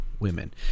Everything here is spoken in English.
women